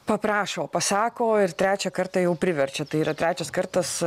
paprašo pasako ir trečią kartą jau priverčia tai yra trečias kartas